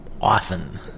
often